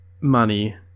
money